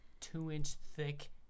two-inch-thick